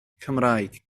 cymraeg